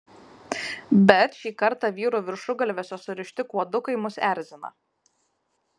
bet šį kartą vyrų viršugalviuose surišti kuodukai mus erzina